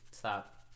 Stop